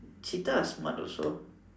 cheetah are smart also